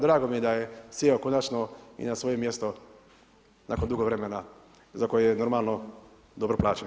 Drago mi je da je sjeo konačno i na svoje mjesto nakon dugo vremena za koje je normalno dobro plaćen.